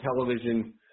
television